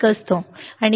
असतो